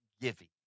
giving